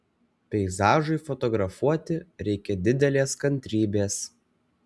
peizažui fotografuoti reikia didelės kantrybės